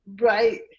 right